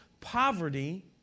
poverty